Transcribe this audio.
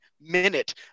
minute